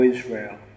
Israel